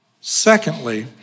Secondly